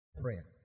Prayer